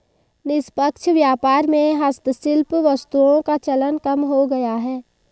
निष्पक्ष व्यापार में हस्तशिल्प वस्तुओं का चलन कम हो गया है